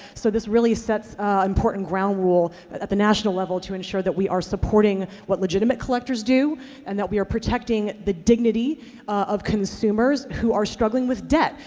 so this really sets important ground rules at the national level to ensure that we are supporting what legitimate collectors do and that we are protecting the dignity of consumers who are struggling with debt.